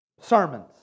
sermons